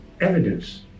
evidence